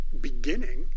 beginning